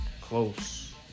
close